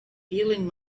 feeling